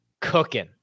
cooking